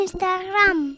Instagram